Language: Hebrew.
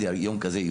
יום עיון כזה.